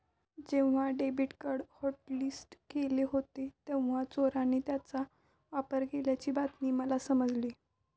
जेव्हा debit card hotlist केले होते तेव्हा चोराने त्याचा वापर केल्याची बातमी मला समजली